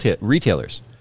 retailers